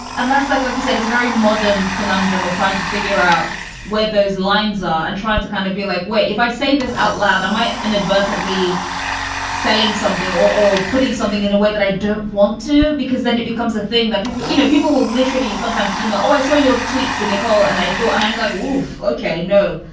and that's like like you said, it's a very modern conundrum of trying to figure out where those lines are and trying to kind of be like, what if i say this out loud? i might inadvertently selling something or putting something in a way that i don't want to, because then it becomes a thing that, you know, people will literally sometimes email, oh, i saw your tweet to nicole and i thought and i'm like, wolf, ok, no,